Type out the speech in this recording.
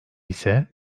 ise